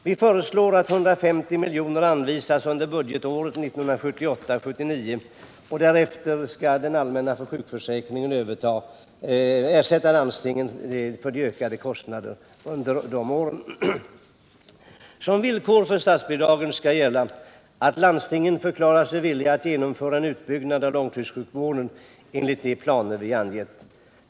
Vi föreslås att 150 miljoner anvisas under budgetåret 1978/79 och att den allmänna sjukförsäkringen därefter skall ersätta landstingen för de ökade kostnaderna under de åren. Som villkor för statsbidragen skall gälla att landstingen förklarar sig villiga att genomföra en utbyggnad av långtidssjukvården enligt de planer vi angett.